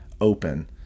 open